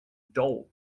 doll